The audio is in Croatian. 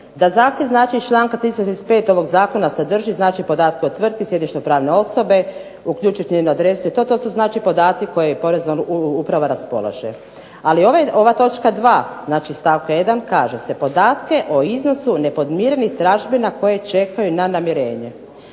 znači iz članka 335. ovog zakona sadrži znači podatke o tvrtki, sjedištu pravne osobe, uključujući njenu adresu i to, to znači podaci kojom porezna uprava raspolaže, ali ova točka 2. znači stavka 1. kaže se podatke o iznosu nepodmirenih tražbina koje čekaju na namirenje.